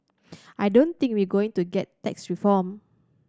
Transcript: I don't think we going to get tax reform